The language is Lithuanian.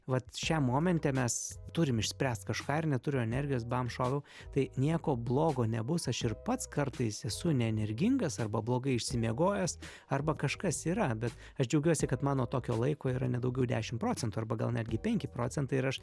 vat šiam momente mes turim išspręst kažką ir neturiu energijos bam šoviau tai nieko blogo nebus aš ir pats kartais esu neenergingas arba blogai išsimiegojęs arba kažkas yra bet aš džiaugiuosi kad mano tokio laiko yra ne daugiau dešim procentų arba gal netgi penki procentai ir aš